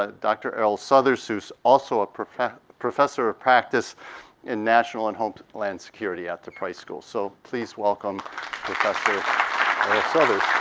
ah dr. erroll southers, who's also ah a professor of practice in national and homeland security at the price school. so please welcome professor erroll southers.